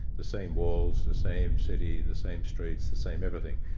the same walls, the same city, the same streets, the same everything.